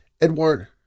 Edward